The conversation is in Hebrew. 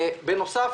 בנוסף,